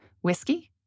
whiskey